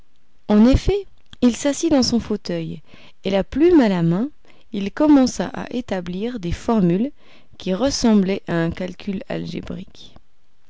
en effet il s'assit dans son fauteuil et la plume à la main il commença à établir des formules qui ressemblaient à un calcul algébrique